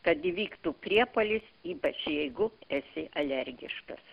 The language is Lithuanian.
kad įvyktų priepuolis ypač jeigu esi alergiškas